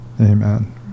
Amen